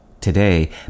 Today